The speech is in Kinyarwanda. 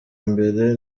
mbere